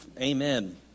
amen